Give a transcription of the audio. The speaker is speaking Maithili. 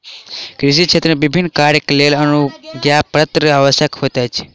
कृषि क्षेत्र मे विभिन्न कार्यक लेल अनुज्ञापत्र के आवश्यकता होइत अछि